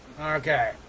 okay